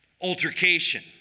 altercation